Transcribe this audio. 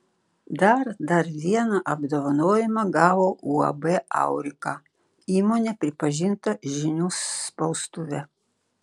dar dar vieną apdovanojimą gavo uab aurika įmonė pripažinta žinių spaustuve